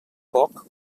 poc